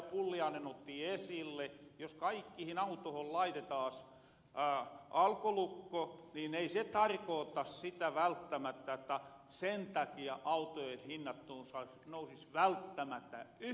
pulliainen otti esille jos kaikkihin autohon laitetaas alkolukko niin ei se tarkoota sitä välttämättä että sen takia autojen hinnat nousis välttämätä yhtää